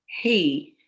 Hey